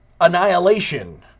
annihilation